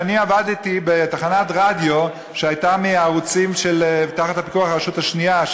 שאני עבדתי בתחנת רדיו שהייתה מהערוצים שתחת פיקוח הרשות השנייה,